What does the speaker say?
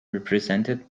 represented